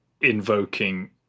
invoking